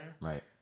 Right